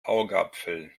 augapfel